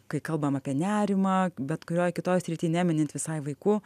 kai kalbam apie nerimą bet kurioj kitoj srity neminint visai vaikų